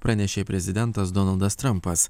pranešė prezidentas donaldas trampas